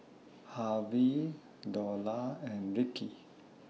Harvey Dorla and Rickey